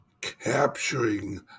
capturing